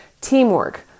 teamwork